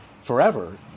forever